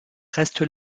reste